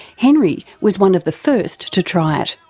henry was one of the first to try it.